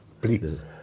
please